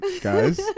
guys